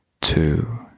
Two